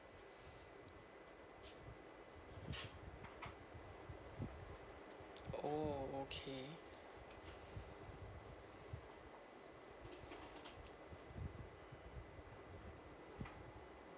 oh okay